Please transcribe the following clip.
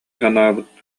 санаабыт